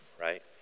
right